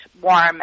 warm